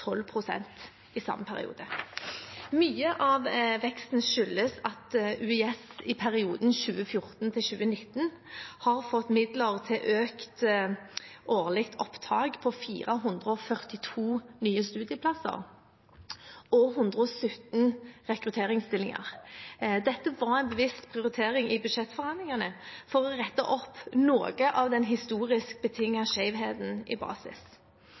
i samme periode. Mye av veksten skyldes at UiS i perioden 2014–2019 har fått midler til økt årlig opptak på 442 nye studieplasser og 117 rekrutteringsstillinger. Dette var en bevisst prioritering i budsjettforhandlingene for å rette opp noe av den historisk betingete skjevheten i basis.